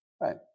right